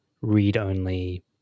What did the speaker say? read-only